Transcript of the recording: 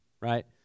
right